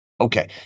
Okay